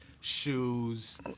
Shoes